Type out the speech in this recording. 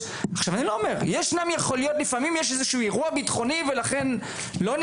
אני גם מקבל את זה שיש מקרים שבהם זה